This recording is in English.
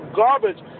garbage